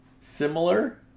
similar